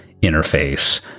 interface